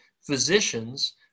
physicians